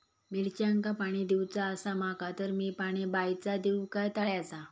मिरचांका पाणी दिवचा आसा माका तर मी पाणी बायचा दिव काय तळ्याचा?